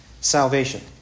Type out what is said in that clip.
salvation